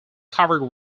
covered